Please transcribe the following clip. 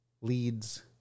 leads